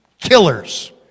Killers